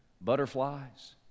butterflies